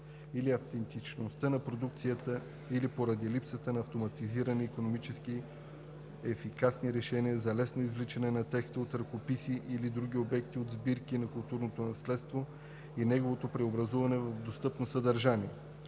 или автентичността на репродукцията или поради липсата на автоматизирани икономически ефикасни решения за лесното извличане на текст от ръкописи или други обекти от сбирки на културното наследство и неговото преобразуване в достъпно съдържание.